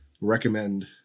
recommend